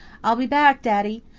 i'll be back, daddy.